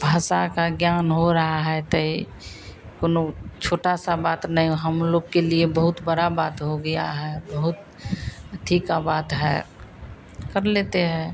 भाषा का ज्ञान हो रहा है तो कोई छोटी सी बात नहीं हमलोग के लिए बहुत बड़ी बात हो गई है बहुत अथी की बात है कर लेते हैं